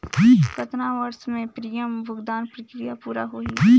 कतना वर्ष मे प्रीमियम भुगतान प्रक्रिया पूरा होही?